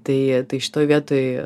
tai tai šitoj vietoj